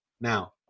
Now